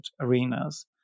arenas